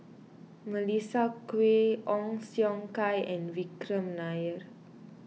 Melissa Kwee Ong Siong Kai and Vikram Nair